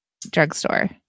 drugstore